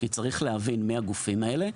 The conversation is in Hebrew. כי צריך להבין מיהם הגופים האלה.